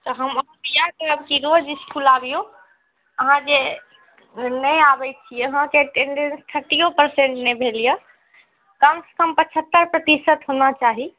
तऽ हम अहाँकऽ इएह कहब कि रोज इसकूल आबिऔ अहाँ जे नहि आबैत छियै अहाँके अटेन्डेंस थर्टीयो परसेन्ट नहि भेल यऽ कमसँ कम पचहत्तरि प्रतिशत होना चाही